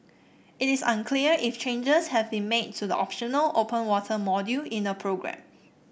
it is unclear if changes have been made to the optional open water module in the programme